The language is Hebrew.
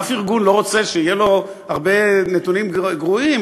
אף ארגון לא רוצה שיהיה לו הרבה נתונים גרועים,